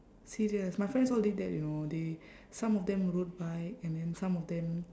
serious my friends all did that you know they some of them rode bike and then some of them